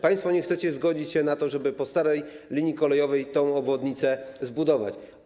Państwo nie chcecie zgodzić się na to, żeby na starej linii kolejowej tę obwodnicę zbudować.